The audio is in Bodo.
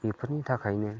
बेफोरनि थाखायनो